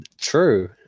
True